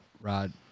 Rod